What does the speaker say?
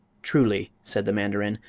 truly, said the mandarin,